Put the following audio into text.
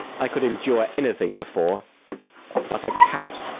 i could endure anything before but a cat,